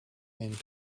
and